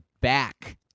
back